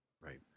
Right